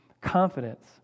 confidence